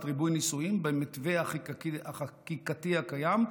ריבוי נישואין במתווה החקיקתי הקיים,